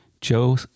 Joe